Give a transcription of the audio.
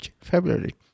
February